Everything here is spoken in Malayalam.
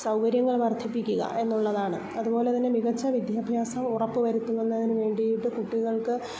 സൗകര്യങ്ങൾ വർദ്ധിപ്പിക്കുക എന്നുള്ളതാണ് അതുപോലെതന്നെ മികച്ച വിദ്യാഭ്യാസം ഉറപ്പുവരുത്തും എന്നതിനു വേണ്ടിയിട്ട് കുട്ടികൾക്ക്